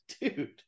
dude